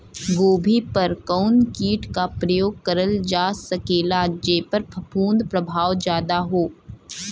गोभी पर कवन कीट क प्रयोग करल जा सकेला जेपर फूंफद प्रभाव ज्यादा हो?